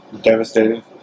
devastated